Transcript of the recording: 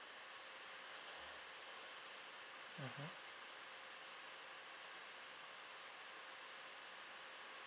mmhmm